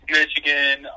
Michigan